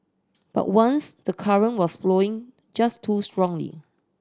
but once the current was flowing just too strongly